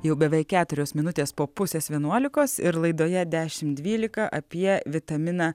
jau beveik keturios minutės po pusės vienuolikos ir laidoje dešimt dvylika apie vitaminą